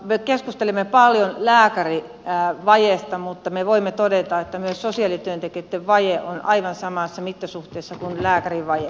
me keskustelemme paljon lääkärivajeesta mutta me voimme todeta että myös sosiaalityöntekijöitten vaje on aivan samassa mittasuhteessa kuin lääkärivaje